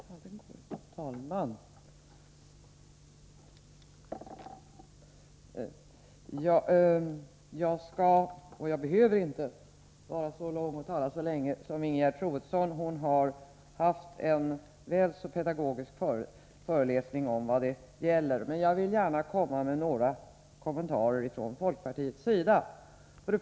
Herr talman! Jag skall inte — och behöver inte — tala så länge som Ingegerd Troedsson. Hon har haft en så pedagogisk föreläsning om vad frågan gäller. Men jag vill gärna göra kommentarer från folkpartiets sida.